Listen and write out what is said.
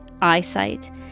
eyesight